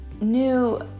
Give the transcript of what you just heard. new